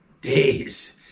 days